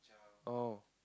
oh